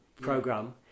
program